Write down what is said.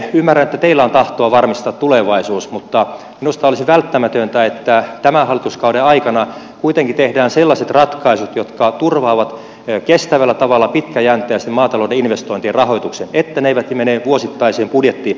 ymmärrän että teillä on tahtoa varmistaa tulevaisuus mutta minusta olisi välttämätöntä että tämän hallituskauden aikana kuitenkin tehdään sellaiset ratkaisut jotka turvaavat kestävällä tavalla ja pitkäjänteisesti maatalouden investointien rahoituksen että ne eivät mene vuosittaiseen budjettirahoitukseen